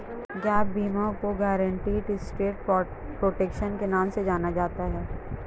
gap बीमा को guaranteed asset protection के नाम से जाना जाता है